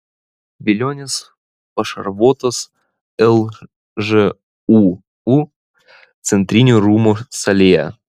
velionis pašarvotas lžūu centrinių rūmų salėje